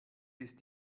ist